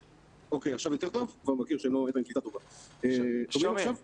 אי אפשר להסתמך פה על נתונים קשים, שיבוא משרד